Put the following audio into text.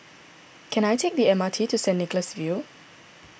can I take the M R T to Saint Nicholas View